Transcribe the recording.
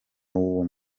w’uwo